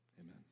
Amen